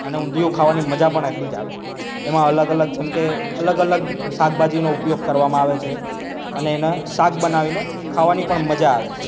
અને ઊંધિયું ખાવાની મજા પણ એટલી જ આવે એમાં અલગ અલગ જેમ કે અલગ અલગ શાકભાજીનો ઉપયોગ કરવામાં આવે છે અને એને શાક શાક બનાવીને ખાવાની પણ મજા આવે છે